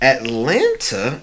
Atlanta